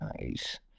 Nice